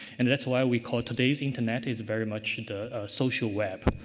and that's why we call today's internet is very much the social web.